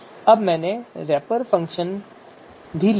अब मैंने wrapper function भी लिखा है